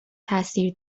تاثیر